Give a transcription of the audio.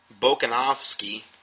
Bokanovsky